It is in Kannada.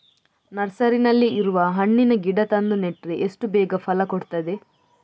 ನರ್ಸರಿನಲ್ಲಿ ಇರುವ ಹಣ್ಣಿನ ಗಿಡ ತಂದು ನೆಟ್ರೆ ಎಷ್ಟು ಬೇಗ ಫಲ ಕೊಡ್ತದೆ